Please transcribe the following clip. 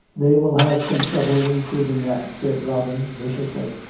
they will have some trouble in proving that, said robin viciously.